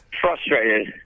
Frustrated